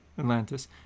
Atlantis